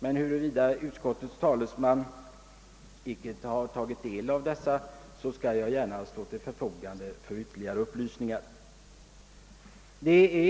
Men om utskottets talesman icke har tagit del av detta, skall jag gärna stå till förfogande och lämna ytterligare upplysningar.